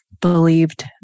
believed